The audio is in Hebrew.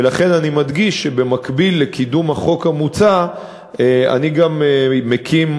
ולכן אני מדגיש שבמקביל לקידום החוק המוצע אני גם מקים,